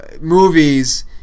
movies